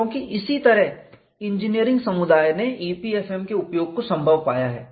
क्योंकि इसी तरह इंजीनियरिंग समुदाय ने EPFM का उपयोग संभव पाया है